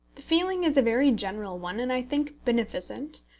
the feeling is a very general one, and i think beneficent.